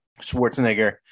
Schwarzenegger